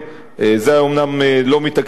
זה אומנם לא מתקציב ממשלתי,